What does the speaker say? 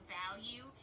value